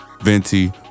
Venti